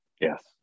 Yes